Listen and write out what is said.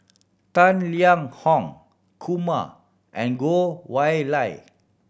Tang Liang Hong Kumar and Goh Y Lye